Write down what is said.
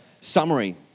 summary